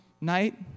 night